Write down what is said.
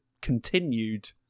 continued